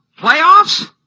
playoffs